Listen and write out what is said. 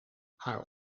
haar